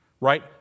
Right